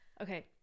Okay